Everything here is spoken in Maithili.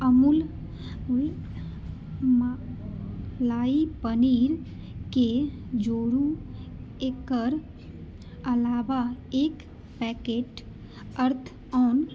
अमूल मलाई पनीरकेॅं जोडू एकर अलाबा एक पैकेट अर्थऑन